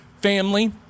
family